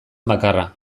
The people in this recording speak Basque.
bakarra